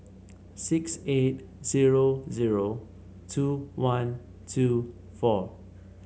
six eight zero zero two one two four